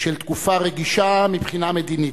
של תקופה רגישה מבחינה מדינית.